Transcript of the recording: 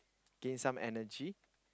gain some energy